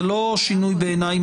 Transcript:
בעיניי זה לא שינוי מהותי,